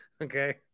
Okay